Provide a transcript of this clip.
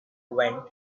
went